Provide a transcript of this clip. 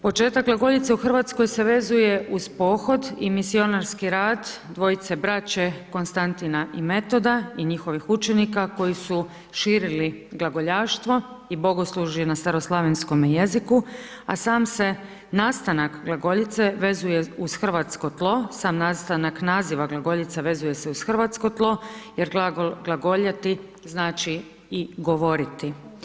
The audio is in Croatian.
Početak glagoljice u Hrvatskoj se vezuje uz pohod i misionarski rad dvojice braće Konstantina i Metoda i njihovih učenika koji su širili glagoljaštvo i bogoslužje na staroslavenskome jeziku, a sam se nastanak glagoljice vezuje uz Hrvatsko tlo, sam nastanak naziva glagoljica vezuje se uz Hrvatsko tlo, jer glagol glagoljati znači i govoriti.